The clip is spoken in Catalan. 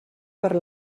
per